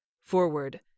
Forward